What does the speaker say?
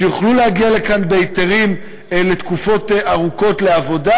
שיוכלו להגיע לכאן בהיתרים לתקופות ארוכות לעבודה,